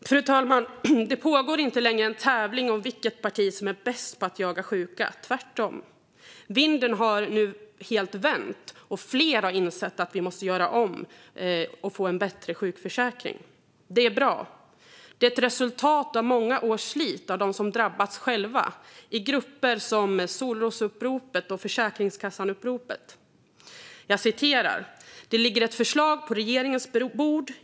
Fru talman! Det pågår inte längre en tävling om vilket parti som är bäst på att jaga sjuka, tvärtom. Vinden har nu helt vänt, och fler har insett att vi måste göra om och få en bättre sjukförsäkring. Det är bra. Det är ett resultat av många års slit i grupper som Solrosuppropet och Försäkringskassanupproret av dem som drabbats själva. Jag citerar: Det ligger ett förslag på regeringens bord.